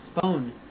Phone